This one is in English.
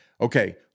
okay